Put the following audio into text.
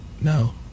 No